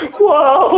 whoa